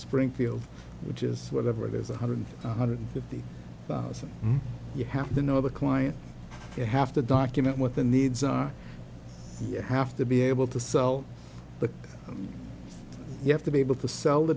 springfield which is whatever it is one hundred one hundred fifty thousand you have to know the client you have to document what the needs are you have to be able to sell but you have to be able to sell the